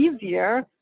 easier